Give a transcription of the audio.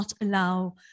allow